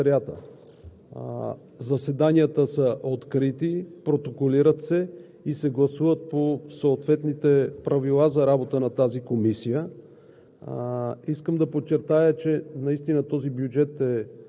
на тези представители на местната власт постъпват в Секретариата. Заседанията са открити, протоколират се и се гласуват по съответните правила за работа на тази комисия.